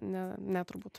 ne ne turbūt